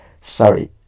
Sorry